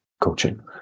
coaching